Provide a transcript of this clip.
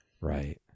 Right